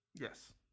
Yes